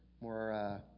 more